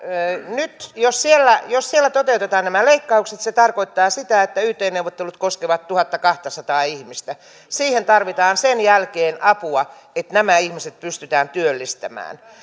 nyt jos siellä jos siellä toteutetaan nämä leikkaukset se tarkoittaa sitä että yt neuvottelut koskevat tuhattakahtasataa ihmistä siihen tarvitaan sen jälkeen apua että nämä ihmiset pystytään työllistämään